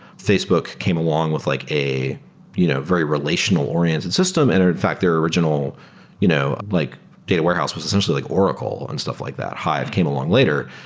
facebook came along with like a you know very relational oriented system and are in fact their original you know like data warehouse was essentially like oracle and stuff like that. hive came along later.